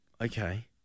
Okay